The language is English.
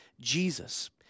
Jesus